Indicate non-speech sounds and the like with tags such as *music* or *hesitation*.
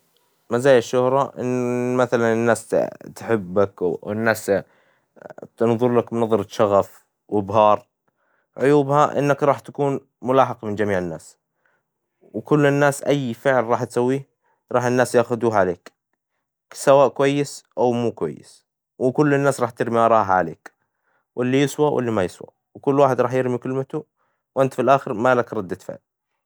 مزايا الشهرة إن *hesitation* مثلا الناس تحبك، والناس تنظر لك بنظرة شغف وبهار، عيوبها انك راح تكون ملاحق من جميع الناس وكل الناس أي فعل راح تسويه راح الناس ياخذوه عليك، سواء كويس أو مو كويس، وكل الناس راح ترمي أراءها عليك، وإللي يسوى وإللي ما يسوى، وكل واحد راح يرمي كلمته، وإنت في الآخر ما لك ردة فعل.